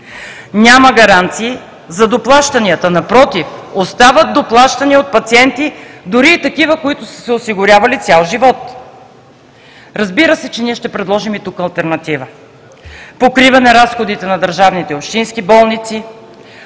Няма гаранции за доплащанията, напротив, остават доплащания от пациенти, дори и такива, които са се осигурявали цял живот. Разбира се, че ние ще предложим и тук алтернатива – покриване разходите на държавните и общинските болници,